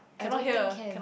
I don't think can